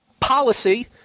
policy